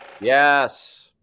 Yes